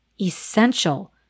essential